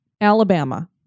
Alabama